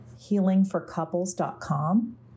healingforcouples.com